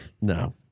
No